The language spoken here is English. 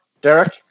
Derek